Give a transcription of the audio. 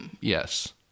yes